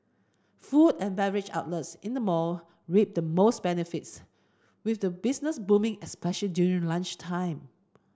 food and beverage outlets in the mall reaped the most benefits with the business booming especially during lunchtime